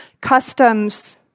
customs